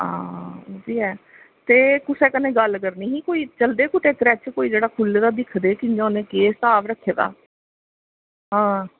ते हां कुस कन्नै गल्ल करनी ही ते चलदे कुसै क्रच आह्ले कोल ते जेह्ड़ा खुल्ले दा दिक्खदे की उ'नें केह् स्हाब रक्खे दा हां